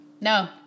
no